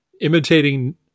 imitating